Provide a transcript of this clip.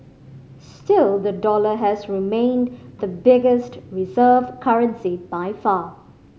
still the dollar has remained the biggest reserve currency by far